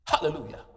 Hallelujah